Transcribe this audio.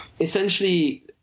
essentially